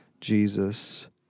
Jesus